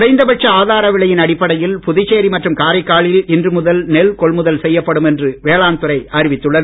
குறைந்த பட்ச ஆதார விலையின் அடிப்படையில் புதுச்சேரி மற்றும் காரைக்காலில் இன்று முதல் நெல் கொள்முதல் செய்யப்படும் என்று வேளாண்துறை அறிவித்துள்ளது